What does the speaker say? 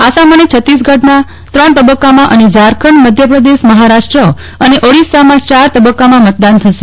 આસામ અને છત્તીસગઢમાં ત્રણ તબકકામાં અને ઝારખંડ મધ્યપ્રદેશ મહારાષ્ટ્ર અને ઓડીશામાં ચાર તબકકામાં મતદાન થશે